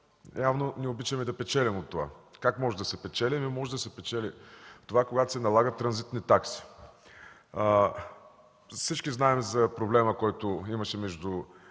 явно не обичаме да печелим от това. Как може да се печели? Може да се печели, когато се налагат транзитни такси. Всички знаем за проблема, който имаше между